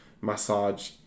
massage